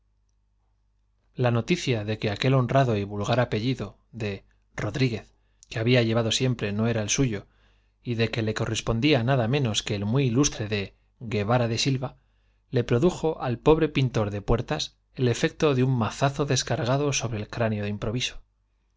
la noticia de que aquel honrado y vulgar apellido de rodríguez que había llevado siempre no era el nada menos que el suyo y de que le correspondía ilustre de guevara de silva le produjo al pobre muy pintor de puertas el efecto de un mazazo descargado sobre el cráneo de improviso